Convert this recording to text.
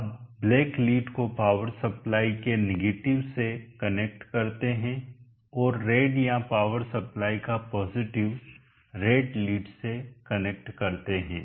आप black lead को power supply के निगेटिव से कनेक्ट करते हैं और रेड या पॉवर सप्लाई का पॉजिटिव रेड लीड से कनेक्ट करते हैं